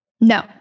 No